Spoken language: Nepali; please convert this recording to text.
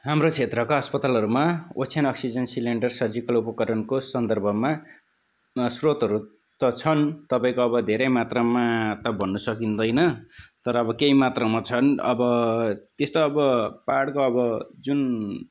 हाम्रो क्षेत्रका अस्पतालहरूमा ओछ्यान अक्सिजन सिलिन्डर सर्जिकल उपकरणको सन्दर्भमा स्रोतहरू त छन् तपाईँको अब धेरै मात्रमा त भन्न सकिँदैन तर अब केही मात्रमा छन् अब त्यस्तो अब पहाडको अब जुन